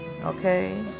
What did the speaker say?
okay